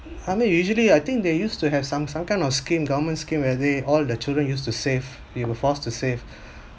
I mean usually I think they used to have some some kind of scheme government scheme where they all the children used to save they were forced to save